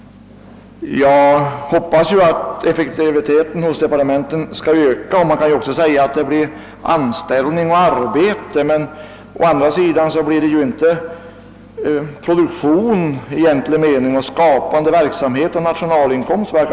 Jag hoppas att effektiviteten hos departementen skall öka. Man kan naturligtvis säga att ett ökat antal tjänstemän innebär anställning och arbete åt fler, men å andra sidan innebär det inte produktion i egentlig mening, inte skapande verksamhet eller ökad nationalinkomst.